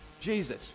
Jesus